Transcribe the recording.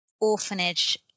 orphanage